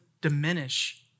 diminish